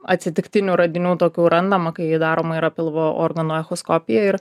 atsitiktinių radinių tokių randama kai ji daroma yra pilvo organų echoskopija ir